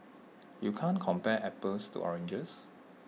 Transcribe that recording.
you can't compare apples to oranges